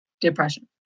depression